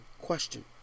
Question